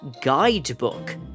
Guidebook